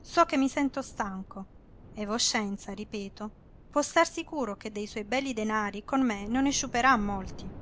so so che mi sento stanco e voscenza ripeto può star sicuro che dei suoi belli denari con me non ne sciuperà molti